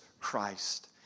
Christ